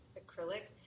acrylic